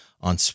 on